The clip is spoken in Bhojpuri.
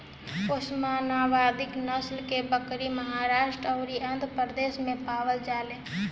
ओस्मानावादी नसल के बकरी महाराष्ट्र अउरी आंध्रप्रदेश में पावल जाले